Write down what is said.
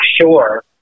sure